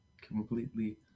completely